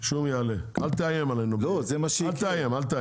אל תאיים עלינו, בסדר?